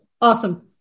Awesome